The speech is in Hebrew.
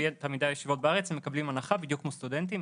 תלמידי הישיבות בארץ מקבלים הנחה בדיוק כמו סטודנטים.